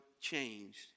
changed